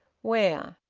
where?